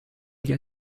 gli